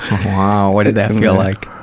um wow, what did that feel like?